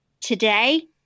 today